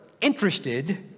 interested